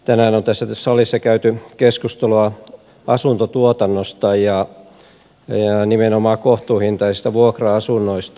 tänään on tässä salissa käyty keskustelua asuntotuotannosta ja nimenomaan kohtuuhintaisista vuokra asunnoista